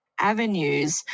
avenues